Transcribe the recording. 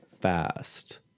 fast